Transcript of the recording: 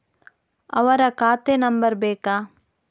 ಅವರ ಖಾತೆ ನಂಬರ್ ಬೇಕಾ?